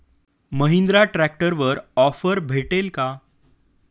महिंद्रा ट्रॅक्टरवर ऑफर भेटेल का?